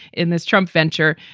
in this trump venture,